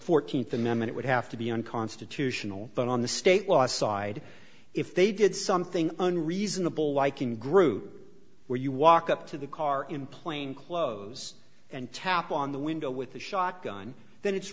fourteenth amendment would have to be unconstitutional but on the state law side if they did something and reasonable like in group where you walk up to the car in plainclothes and tap on the window with a shotgun then it's